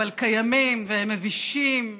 אבל קיימים ומבישים.